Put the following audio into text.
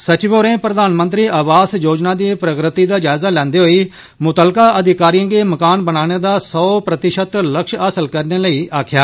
सचिव होरें प्रधानमंत्री आवास योजना दी प्रगति दा जायजा लैंदे होई मुत्तलका अधिकारिएं गी मकान बनाने दा सौ प्रतिशत लक्ष्य हासल करने लेई आकखेआ